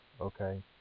Okay